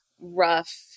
rough